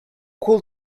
could